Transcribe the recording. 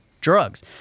drugs